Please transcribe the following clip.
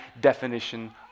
definition